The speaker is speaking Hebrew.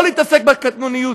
לא להתעסק בקטנוניות,